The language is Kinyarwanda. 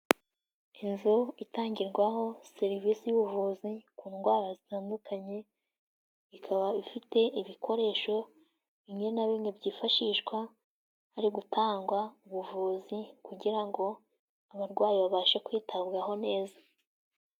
Inzu itangirwaho serivisi z'ubuvuzi ku ndwara zitandukanye, ikaba ifite ibikoresho bimwe na bimwe byifashishwa hari gutangwa ubuvuzi kugira ngo abarwayi babashe kwitabwaho neza.